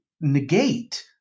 negate